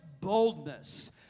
boldness